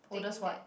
oldest what